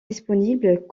disponibles